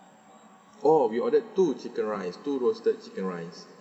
oh we ordered two chicken rice two roasted chicken rice